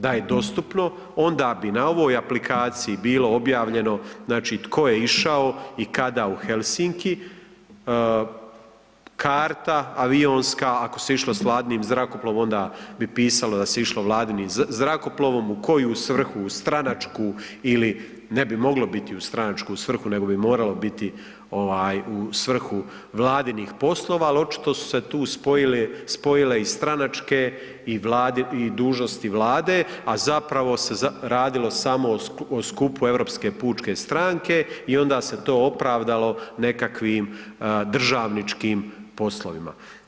Da je dostupno onda bi na ovoj aplikaciji bilo objavljeno znači tko je išao i kada u Helsinki, karta avionska, ako se išlo sa vladinim zrakoplovom onda bi pisalo da se išlo vladinim zrakoplovom, u koju svrhu, u stranačku ili ne bi moglo biti u stranačku nego bi moralo biti ovaj u svrhu vladinih poslova, ali očito su se tu spojili, spojile i stranačke i dužnosti vlade, a zapravo se radilo samo o skupu Europske pučke stranke i onda se to opravdalo nekakvim državničkim poslovima.